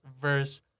verse